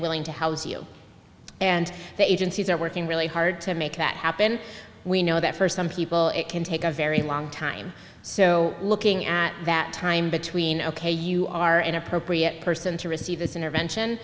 you and the agencies are working really hard to make that happen we know that for some people it can take a very long time so looking at that time between ok you are an appropriate person to receive this intervention